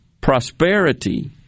prosperity